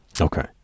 Okay